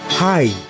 hi